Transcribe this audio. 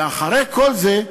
ואחרי כל זה,